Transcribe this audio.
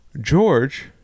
George